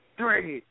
Three